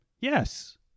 yes